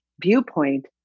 viewpoint